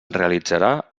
realitzarà